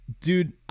dude